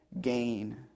gain